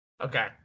Okay